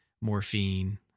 morphine